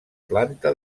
planta